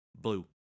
Blue